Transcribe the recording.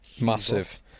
Massive